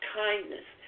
kindness